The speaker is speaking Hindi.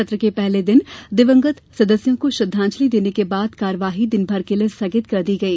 सत्र के पहले दिन दिवंगत सदस्यों को श्रद्दांजलि देने के बाद कार्यवाही दिनभर के लिये स्थगित कर दी गई